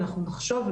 אנחנו נחשוב,